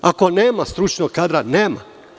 Ako nema stručnog kadra, nema.